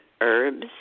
Herbs